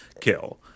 kill